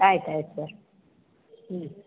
ಆಯ್ತು ಆಯ್ತು ಸರ್ ಹ್ಞೂ